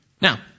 Now